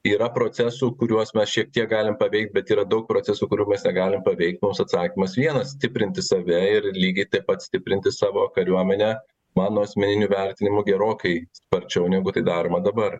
yra procesų kuriuos mes šiek tiek galim paveikt bet yra daug procesų kurių mes negalim paveikt mums atsakymas vienas stiprinti save ir lygiai taip pat stiprinti savo kariuomenę mano asmeniniu vertinimu gerokai sparčiau negu tai daroma dabar